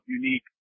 unique